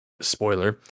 spoiler